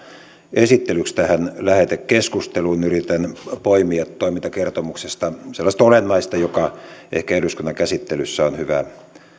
esittelyksi tähän lähetekeskusteluun yritän poimia toimintakertomuksesta sellaista olennaista joka ehkä eduskunnan käsittelyssä on hyvä